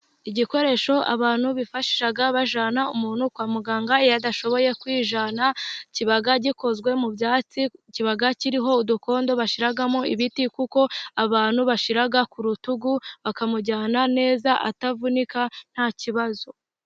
Igikoresho abantu bifashisha bajyana umuntu kwa muganga, iyo adashoboye kwijyana kiba gikozwe mu byatsi, kiba kiriho udukondo bashyiramo ibiti, kuko abantu bashyira ku rutugu, bakamujyana neza, atavunika ntakibazo.